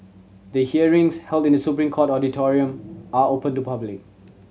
the hearings held in The Supreme Court auditorium are open to public